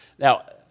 Now